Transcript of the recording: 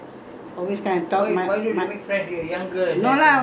a lot no friends lah just one neighbour one lady down there